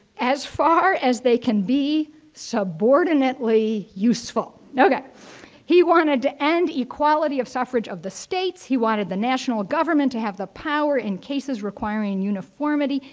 as far as they can be subordinately useful. ok. he wanted to end equality of suffrage of the states. he wanted the national government to have the power in cases requiring uniformity.